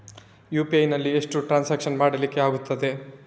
UPI ನಲ್ಲಿ ಎಷ್ಟು transaction ಮಾಡ್ಲಿಕ್ಕೆ ಆಗ್ತದೆ?